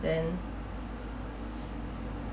then